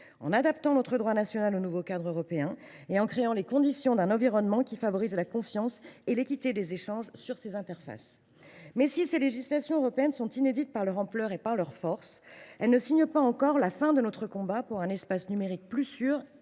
en adaptant notre droit national au nouveau cadre européen et en créant un environnement qui favorise la confiance et l’équité des échanges sur ces interfaces. Toutefois, si ces législations européennes sont inédites par leur ampleur et par leur force, elles ne signent pas encore la fin de notre combat en faveur d’un espace numérique plus sûr